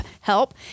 help